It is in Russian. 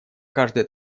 каждое